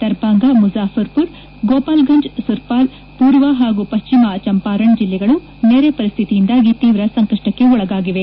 Darbhanga Muzaffarpur Gopalganj Supaul ಪೂರ್ವ ಹಾಗೂ ಪಶ್ಲಿಮ ಚಂಪಾರಣ್ ಜಿಲ್ಲೆಗಳು ನೆರೆ ಪರಿಸ್ನಿತಿಯಿಂದಾಗಿ ತೀವ್ರ ಸಂಕಪ್ಪಕ್ಕೆ ಒಳಗಾಗಿವೆ